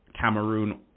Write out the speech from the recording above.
Cameroon